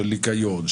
של ניקיון,